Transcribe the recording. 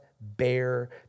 bear